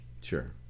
Sure